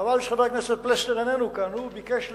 חבל שחבר הכנסת פלסנר איננו כאן, הוא ביקש לדייק.